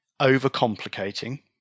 overcomplicating